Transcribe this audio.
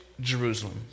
Jerusalem